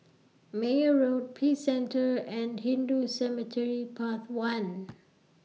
Meyer Road Peace Centre and Hindu Cemetery Path one